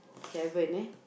seven eh